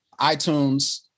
iTunes